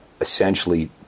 essentially